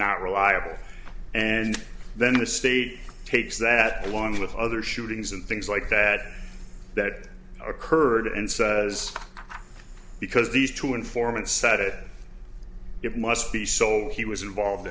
not reliable and then the state takes that along with other shootings and things like that that occurred and so because these two informants said it it must be so he was involved